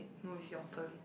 no is your turn